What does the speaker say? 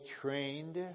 trained